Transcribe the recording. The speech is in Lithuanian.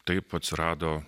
taip atsirado